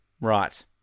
Right